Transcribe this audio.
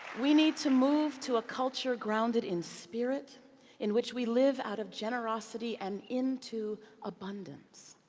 we need to move to a culture grounded in spirit in which we live out of generosity and into abundance.